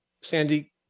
Sandy